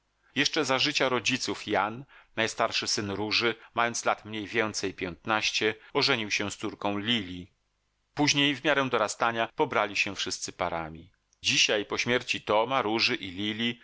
jeszcze za życia rodziców jan najstarszy syn róży mając lat mniej więcej piętnaście ożenił się z córką lili później w miarę dorastania pobrali się wszyscy parami dzisiaj po śmierci toma róży i